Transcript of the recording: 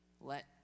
let